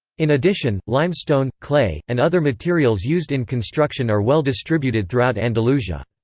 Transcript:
in addition, limestone, clay, and other materials used in construction are well distributed throughout andalusia.